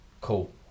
cool